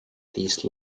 these